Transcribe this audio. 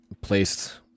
placed